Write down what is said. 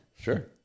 Sure